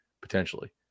potentially